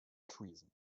treason